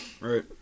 right